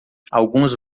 alguns